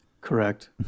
Correct